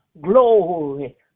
Glory